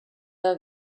der